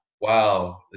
Wow